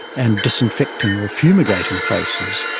and disinfecting, or fumigating places.